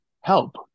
help